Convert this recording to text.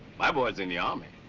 my boy's in the army,